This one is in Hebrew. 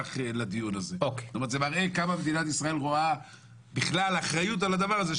זה מראה כמה מדינת ישראל רואה אחריות על הדבר הזה,